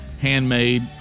handmade